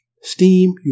steam